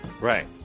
right